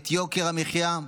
את יוקר המחיה.